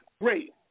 Great